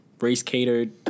race-catered